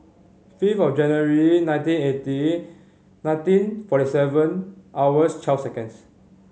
fifth of January nineteen eighty nineteen forty seven hours twelve seconds